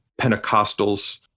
Pentecostals